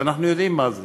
ואנחנו יודעים מה זה.